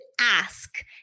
ask